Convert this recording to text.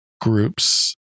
group's